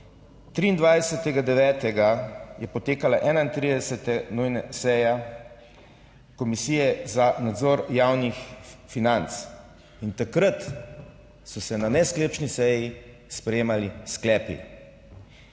23. 9. je potekala 31. nujna seja Komisije za nadzor javnih financ in takrat so se na nesklepčni seji sprejemali sklepi,